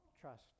Trust